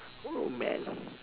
oh man